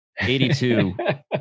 82